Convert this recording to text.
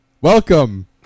welcome